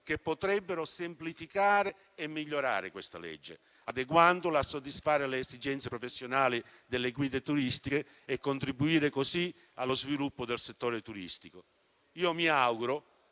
che potrebbero semplificare e migliorare questa legge, adeguandola a soddisfare le esigenze professionali delle guide turistiche e contribuire così allo sviluppo del settore turistico. Mi auguro